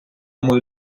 мою